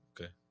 Okay